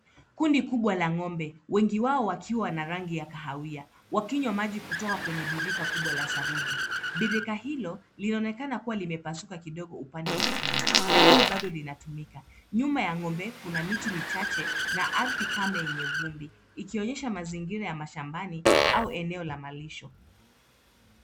Kundi kubwa la ng'ombe wengi wao wakiwa na rangi ya kahawia wakinywa maji kutoka kwenye birika kubwa la saruji. Birika hilo linaonekana kuwa lime pasuka kidogo upande wa chini lakini bado linatumika nyuma ya ng'ombe kuna miti michache na ardhi kame yenye vumbi ikionyesha mazingira ya mashambani au eneo la malisho.